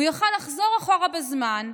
הוא יוכל לחזור אחורה בזמן,